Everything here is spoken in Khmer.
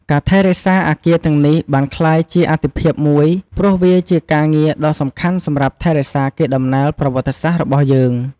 ការថែរក្សាអគារទាំងនេះបានក្លាយជាអាទិភាពមួយ ព្រោះវាជាការងារដ៏សំខាន់សម្រាប់ថែរក្សាកេរដំណែលប្រវត្តិសាស្ត្ររបស់យើង។